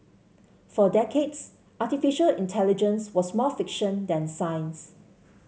for decades artificial intelligence was more fiction than science